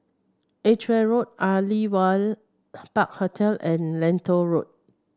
Edgware Road Aliwal Park Hotel and Lentor Road